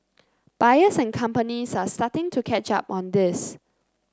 buyers and companies are starting to catch up on this